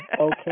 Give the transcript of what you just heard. Okay